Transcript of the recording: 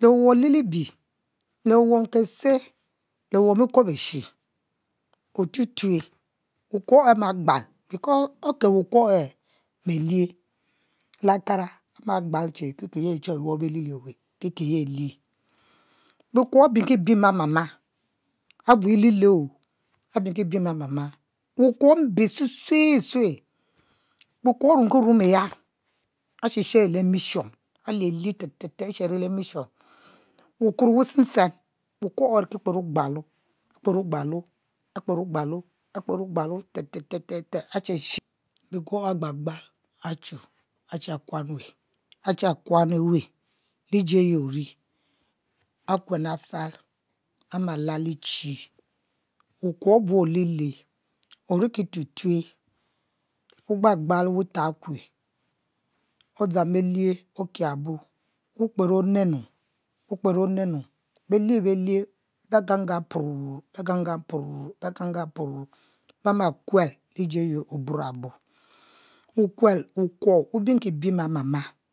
le owom le libie le owom kese le owom kuobes otutue wokuo e' ama gbal be oke wukuo e belie le kara ama gbal ke ache your belie le weh alie wukuo abiem ki biem e' mama abiem ki biem e' papa wukuo mbe sue sue sue, wukuo enum ki ki rumo ya ashishero le mission alie lie te te te ashi shero le mission wukuo wusesen wukuo e' are ki kper ogbulo akper ogbalo te te te achu ache kuan e' weh liji ayi ori akuen le tal ama lal chi wukuo abu ole le oriki tutue wu gbal gabl wutab kue odzang belie okiabo wu kper onenu wukper onenu belie belie beyan yan purr began gan pur be makuel liji ayi oburabo wukuo wu biem ki biem e' mama